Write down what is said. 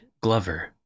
Glover